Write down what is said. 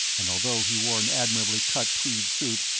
and although he wore an admirably cut tweed suit,